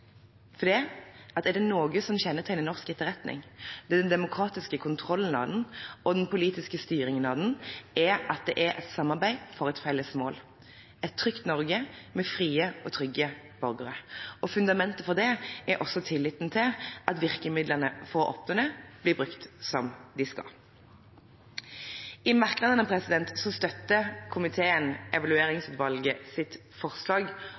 av virkemiddelbruken, for er det noe som kjennetegner norsk etterretning, enten det gjelder den demokratiske kontrollen av den eller den politiske styringen av den, er det at det er et samarbeid for et felles mål: et trygt Norge med frie og trygge borgere. Fundamentet for det er at det er tillit til at virkemidlene for å oppnå det blir brukt som de skal. I merknadene støtter komiteen Evalueringsutvalgets forslag